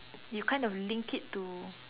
you kind of link it to